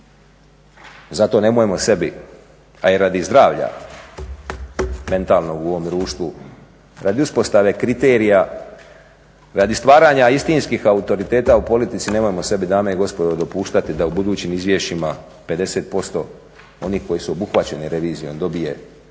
Zato nemojmo sebi, a i radi zdravlja mentalnog u ovom društvu, radi uspostave kriterija, radi stvaranja istinskih autoriteta u politici nemojmo sebi dame i gospodo dopuštati da u budućim izvješćima 50% onih koji su obuhvaćeni revizijom dobije bezuvjetno,